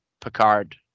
picard